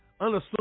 Unassuming